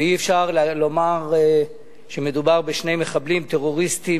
ואי-אפשר לומר שמדובר בשני מחבלים טרוריסטים